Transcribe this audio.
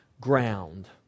ground